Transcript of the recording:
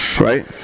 right